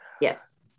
Yes